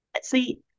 see